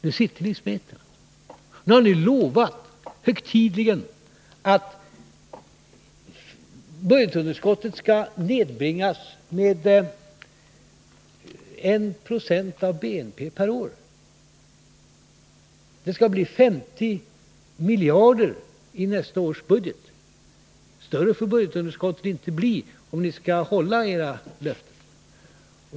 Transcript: Nu sitter vi i smeten. Ni har högtidligen lovat att budgetunderskottet skall nedbringas med 1 96 av BNP per år. Det skall bli 50 miljarder i nästa års budget. Större får budgetunderskottet inte bli, om ni skall hålla era löften.